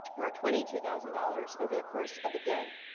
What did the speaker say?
or twenty two thousand dollars, over the course of a day.